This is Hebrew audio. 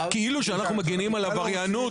כאילו אנחנו מגינים על עבריינות.